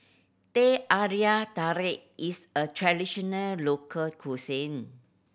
teh tarik is a traditional local cuisine